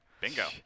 Bingo